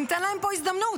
ניתן להם פה הזדמנות.